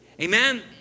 Amen